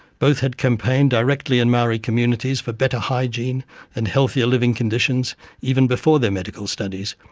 both had campaigned directly in maori communities for better hygiene and healthier living conditions even before their medical studies.